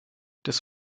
das